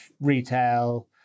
retail